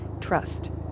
Trust